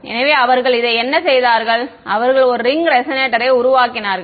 எனவே அவர்கள் இதை என்ன செய்தார்கள் அவர்கள் ஒரு ரிங் ரெசனேட்டரை உருவாக்கினார்கள்